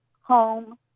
home